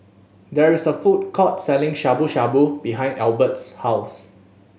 there is a food court selling Shabu Shabu behind Albert's house